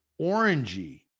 Orangey